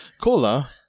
Cola